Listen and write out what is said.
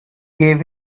gave